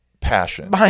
passion